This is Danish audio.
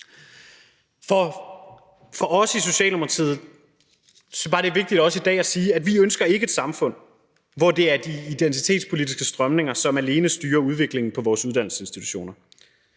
For os i Socialdemokratiet er det også bare vigtigt i dag at sige, synes jeg, at vi ikke ønsker et samfund, hvor det er de identitetspolitiske strømninger, som alene styrer udviklingen på vores uddannelsesinstitutioner.